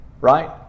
right